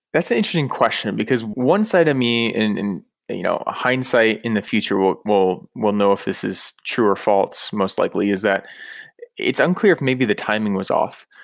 that's an interesting question, because one side of me in you know ah hindsight in the future will will know if this is true or false most likely, is that it's unclear if maybe the timing was off.